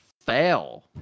fail